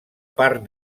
part